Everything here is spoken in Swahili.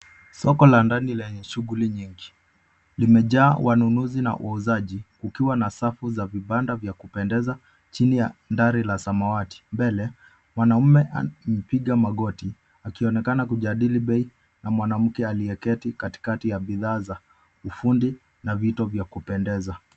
Soko la ndani lenye shughuli nyingi. Limejaa wanunuzi na wauzaji ukiwa na safu za vibanda vya kupendeza chini ya dari la samawati. Mbele, mwanamume amepiga magoti akionekana kujadili bei na mwanamke aliyeketi katikati ya bidhaa za ufundi na vito vya kupendeza.